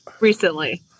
recently